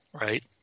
right